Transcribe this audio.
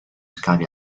scavi